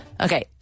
Okay